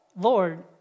Lord